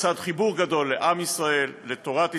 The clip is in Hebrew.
לצד חיבור גדול לעם ישראל, לתורת ישראל,